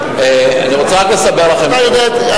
אני רוצה רק לסבר לכם את האוזן.